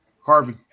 Harvey